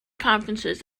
conferences